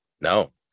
No